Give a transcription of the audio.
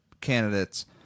candidates